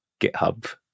GitHub